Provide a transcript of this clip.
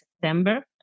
September